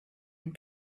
and